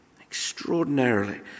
extraordinarily